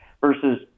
versus